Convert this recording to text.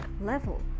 level